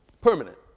Permanent